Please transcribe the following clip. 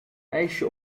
ijsje